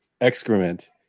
excrement